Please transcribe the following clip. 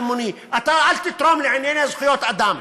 אל תתרום לענייני זכויות אדם.